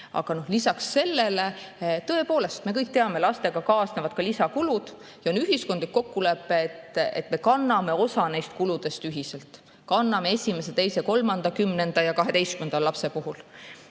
Aga lisaks sellele, tõepoolest, me kõik teame, lastega kaasnevad lisakulud ja on ühiskondlik kokkulepe, et me kanname osa neist kuludest ühiselt. Kanname esimese ja teise ja kolmanda, 10. ja 12. lapse puhul.